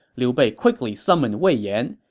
liu bei quickly summoned wei yan,